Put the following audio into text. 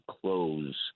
close